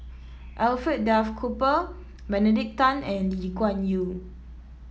Alfred Duff Cooper Benedict Tan and Lee Kuan Yew